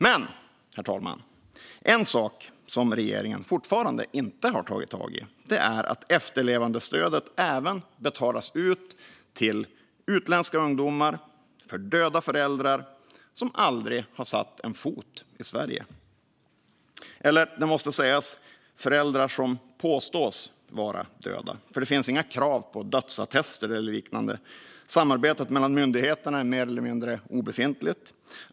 Men, herr talman, en sak som regeringen fortfarande inte har tagit tag i är att efterlevandestödet även betalas ut till utländska ungdomar för döda föräldrar som aldrig har satt sin fot i Sverige - eller, det måste sägas, föräldrar som påstås vara döda. Det finns nämligen inga krav på dödsattester eller liknande. Samarbetet mellan myndigheterna är mer eller mindre obefintligt.